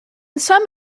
some